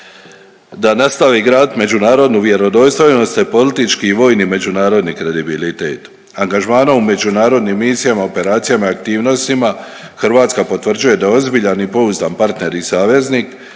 da nastavi gradit međunarodnu vjerodostojnost te politički i vojni i međunarodni kredibilitet. Angažmanom u međunarodnim misijama, operacijama i aktivnostima Hrvatska potvrđuje da je ozbiljan i pouzdan partner i saveznik,